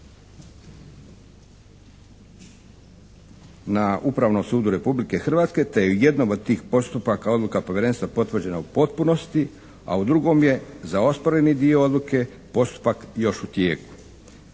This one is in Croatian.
na Upravnom sudu Republike Hrvatske te je jednom od tih postupaka odluka Povjerenstva potvrđena u potpunosti, a u drugom je za osporeni dio odluke postupak još u tijeku,